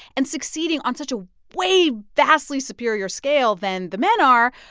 and succeeding on such a way vastly superior scale than the men are,